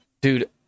Dude